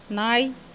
நாய்